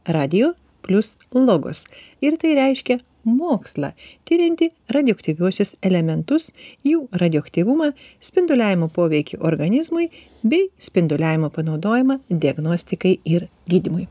radijo plius logos ir tai reiškia mokslą tiriantį radioaktyviuosius elementus jų radioaktyvumą spinduliavimo poveikį organizmui bei spinduliavimo panaudojimą diagnostikai ir gydymui